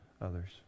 others